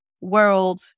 world